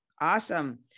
Awesome